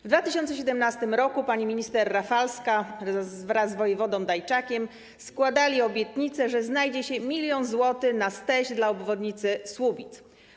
W 2017 r. pani minister Rafalska wraz z wojewodą Dajczakiem składali obietnicę, że znajdzie się 1 mln zł na STEŚ dla obwodnicy Słubic.